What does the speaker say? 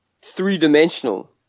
three-dimensional